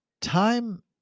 time